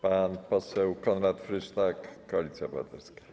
Pan poseł Konrad Frysztak, Koalicja Obywatelska.